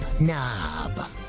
knob